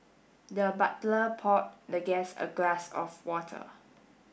the butler poured the guest a glass of water